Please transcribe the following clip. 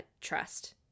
trust